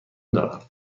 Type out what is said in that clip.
دارم